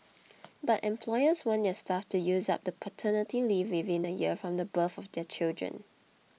but employers want their staff to use up the paternity leave within a year from the birth of their children